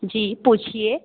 जी पूछिए